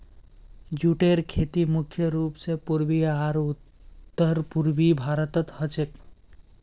जूटेर खेती मुख्य रूप स पूर्वी आर उत्तर पूर्वी भारतत ह छेक